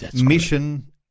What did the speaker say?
mission